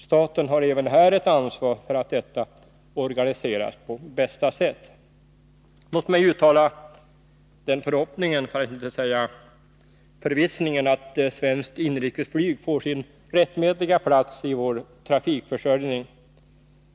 Staten har även här ett ansvar för att detta organiseras på bästa sätt. Låt mig uttala den förhoppningen — för att inte säga förvissningen — att svenskt inrikesflyg får sin rättmätiga plats i vår trafikförsörjning.